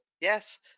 Yes